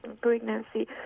pregnancy